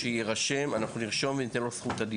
ופה אני רוצה לראות איך ניתן לפתור את הבעיה